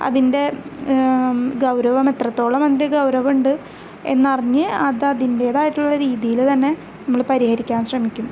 അതിൻ്റെ ഗൗരവമെത്രത്തോളം അതിൻ്റെ ഗൗരവമുണ്ട് എന്നറിഞ്ഞ് അത് അതിൻടേതായിട്ടുള്ള രീതീയിൽ തന്നെ നമ്മള് പരിഹരിക്കാൻ ശ്രമിക്കും